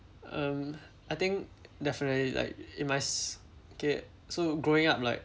um I think definitely like it must get so growing up like